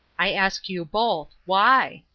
i ask you both why?